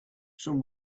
some